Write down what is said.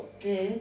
Okay